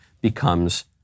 becomes